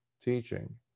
teaching